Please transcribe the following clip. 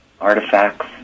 artifacts